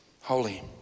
Holy